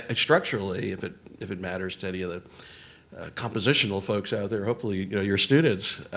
ah structurally, if it if it matters to any of the compositional folks out there, hopefully, your students,